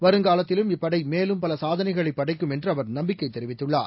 வருங்காலத்திலும் இப்படைமேலும் பலசாதனைகளைப் படைக்கும் என்றுஅவர் நம்பிக்கைதெரிவித்துள்ளார்